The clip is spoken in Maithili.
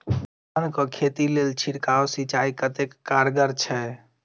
धान कऽ खेती लेल छिड़काव सिंचाई कतेक कारगर छै?